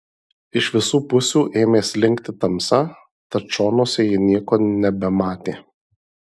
iš visų pusių ėmė slinkti tamsa tad šonuose ji nieko nebematė